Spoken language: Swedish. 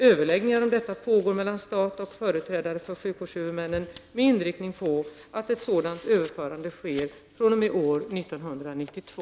Överläggningar om detta pågår mellan staten och företrädare för sjukvårdshuvudmännen med inriktning på att ett sådant överförande sker fr.o.m. år 1992.